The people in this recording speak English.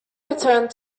returned